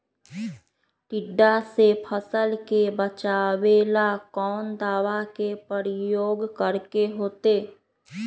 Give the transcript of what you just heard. टिड्डा से फसल के बचावेला कौन दावा के प्रयोग करके होतै?